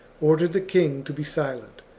ordered the king to be silent,